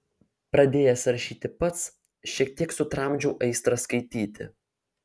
pradėjęs rašyti pats šiek tiek sutramdžiau aistrą skaityti